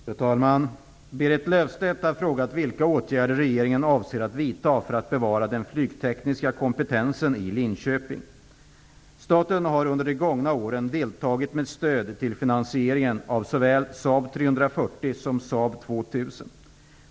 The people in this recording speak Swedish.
Fru talman! Berit Löfstedt har frågat vilka åtgärder regeringen avser att vidta för att bevara den flygtekniska kompetensen i Linköping. Staten har under de gångna åren deltagit med stöd till finansieringen av såväl Saab 340 som Saab 2000.